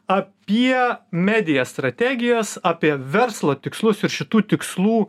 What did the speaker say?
apie medija strategijas apie verslo tikslus ir šitų tikslų